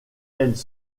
elles